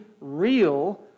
real